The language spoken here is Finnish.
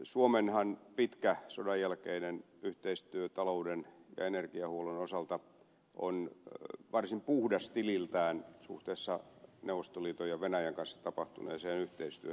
suomenhan pitkä sodanjälkeinen yhteistyö talouden ja energiahuollon osalta on varsin puhdas tililtään suhteessa neuvostoliiton ja venäjän kanssa tapahtuneeseen yhteistyöhön